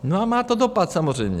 No a má to dopad samozřejmě.